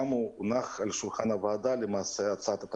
גם הונחו על שולחן הוועדה תקנות